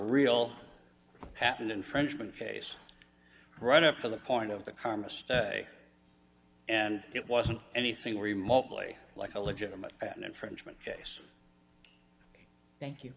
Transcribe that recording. real patent infringement case run up to the point of the karma stay and it wasn't anything remotely like a legitimate an infringement case thank you